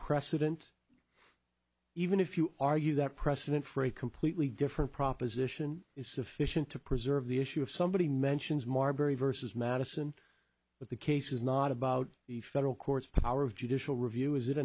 precedent even if you argue that precedent for a completely different proposition is sufficient to preserve the issue of somebody mentions marbury vs madison but the case is not about the federal courts power of judicial review is it